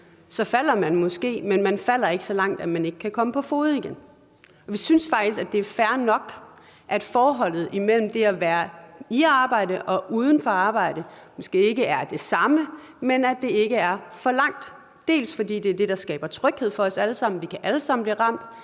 falder man måske, men man falder ikke så langt, at man ikke kan komme på fode igen. Vi synes faktisk, det er fair nok, at forholdet mellem det at være i arbejde og uden for arbejde måske ikke er det samme, men at der ikke er for stor afstand, bl.a. fordi det er det, der skaber tryghed for os alle sammen. Vi kan alle sammen blive ramt